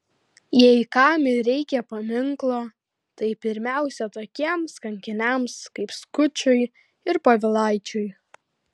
jei kam ir reikia paminklo tai pirmiausia tokiems kankiniams kaip skučui ir povilaičiui